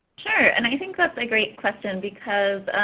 sure, and i think that's a great question because